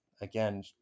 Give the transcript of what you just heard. again